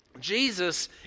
Jesus